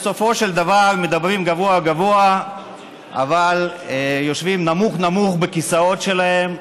ובסופו של דבר מדברים גבוהה-גבוהה אבל יושבים נמוך נמוך בכיסאות שלהם.